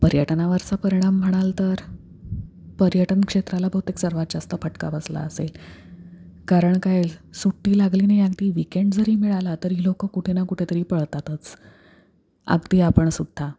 पर्यटनावरचा परिणाम म्हणाल तर पर्यटन क्षेत्राला बहुतेक सर्वात जास्त फटका बसला असेल कारण काय सुट्टी लागली नाही अगदी विकेंड जरी मिळाला तरी लोकं कुठे ना कुठेतरी पळतातच अगदी आपण सुद्धा